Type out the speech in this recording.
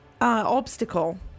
obstacle